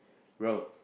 bro